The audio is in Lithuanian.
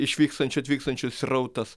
išvykstančių atvykstančių srautas